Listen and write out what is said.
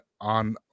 on